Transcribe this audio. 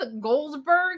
Goldberg